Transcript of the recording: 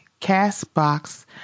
Castbox